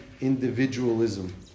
individualism